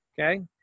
okay